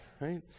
Right